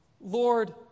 Lord